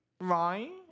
Right